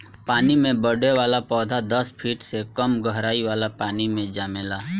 पानी में बढ़े वाला पौधा दस फिट से कम गहराई वाला पानी मे जामेला